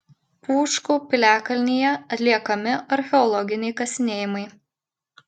pūškų piliakalnyje atliekami archeologiniai kasinėjimai